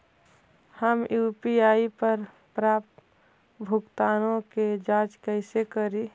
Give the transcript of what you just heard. हम यु.पी.आई पर प्राप्त भुगतानों के जांच कैसे करी?